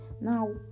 now